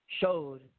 showed